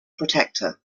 protector